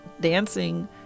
dancing